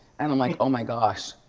and i'm like, oh my gosh.